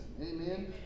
Amen